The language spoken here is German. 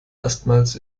erstmals